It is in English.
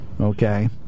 Okay